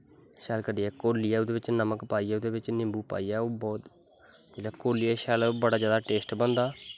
शैल करियै घोलियै ओह्दै बिच्च नमक पाइयै ओह्दै बिच्च निम्बू पाइयै ओह् बौह्त जिसलै घोलियै बड़ा जादा टेस्ट बनदा